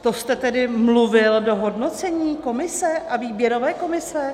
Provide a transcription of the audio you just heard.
To jste tedy mluvil do hodnocení Komise a výběrové komise?